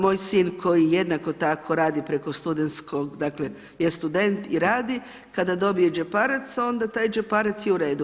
Moj sin koji jednako tako radi preko studentskog dakle je student i radi kada dobije džeparac onda taj džeparac je u redu.